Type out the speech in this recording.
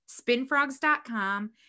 spinfrogs.com